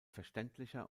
verständlicher